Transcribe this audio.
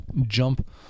jump